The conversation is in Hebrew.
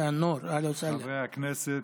אל-כנסת.